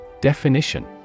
Definition